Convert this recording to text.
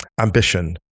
ambition